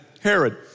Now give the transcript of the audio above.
Herod